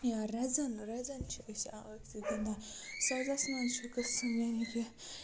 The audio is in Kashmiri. یا رَزَن رَزَن چھِ أسۍ گِنٛدان سَزَس منٛز چھِ قٕسٕم یعنی کہِ